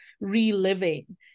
reliving